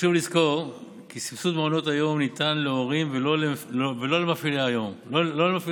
חשוב לזכור כי סבסוד מעונות היום ניתן להורים ולא למפעילי המעונות.